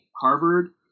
Harvard